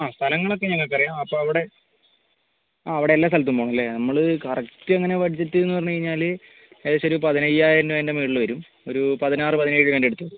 ആ സ്ഥലങ്ങൾ ഒക്കെ ഞങ്ങൾക്ക് അറിയാം അപ്പം അവിടെ ആ അവിടെ എല്ലാ സ്ഥലത്തും പോവണം അല്ലേ നമ്മൾ കറക്റ്റ് എങ്ങനെയാണ് ബഡ്ജറ്റ് എന്ന് പറഞ്ഞുകഴിഞ്ഞാൽ ഏകദേശം ഒരു പതിനയ്യായിരം രൂപേൻ്റെ മുകളിൽ വരും ഒരു പതിനാറ് പതിനേഴ് രൂപേൻ്റെ അടുത്ത് വരും